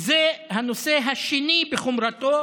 זה הנושא השני בחומרתו